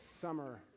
summer